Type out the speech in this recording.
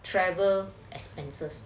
travel expenses